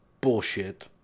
bullshit